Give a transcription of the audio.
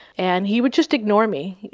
and he would just ignore me,